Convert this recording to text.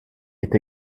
est